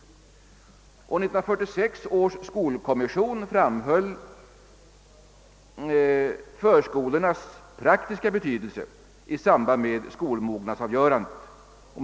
1946 års skolkommission framhöll förskolornas praktiska betydelse i samband med skolmognadsavgörandet.